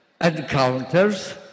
encounters